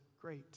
great